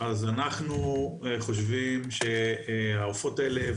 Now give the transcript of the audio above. אז אנחנו חושבים שהעופות האלה,